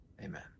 Amen